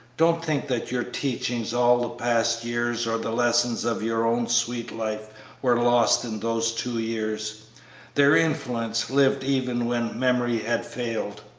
don't think that your teachings all the past years or the lessons of your own sweet life were lost in those two years their influence lived even when memory had failed.